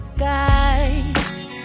guys